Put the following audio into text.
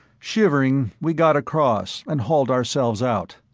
shivering, we got across and hauled ourselves out.